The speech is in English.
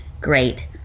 great